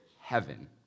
heaven